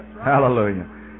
Hallelujah